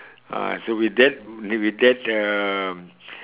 ah so with that with that um